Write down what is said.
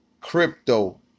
crypto